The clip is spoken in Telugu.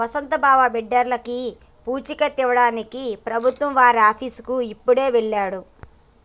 మా వసంత్ బావ బిడ్డర్లకి పూచీకత్తు ఇవ్వడానికి ప్రభుత్వం వారి ఆఫీసుకి ఇప్పుడే వెళ్ళిండు